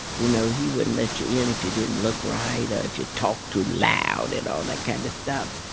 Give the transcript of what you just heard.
you know he wouldn't let you in if you didn't look right, if you talked too loud and all that kind of stuff.